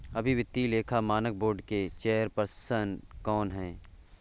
अभी वित्तीय लेखा मानक बोर्ड के चेयरपर्सन कौन हैं?